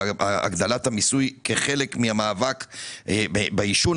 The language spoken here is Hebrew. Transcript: הגדלת המיסוי כחלק מהמאבק בעישון.